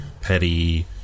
petty